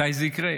מתי זה יקרה?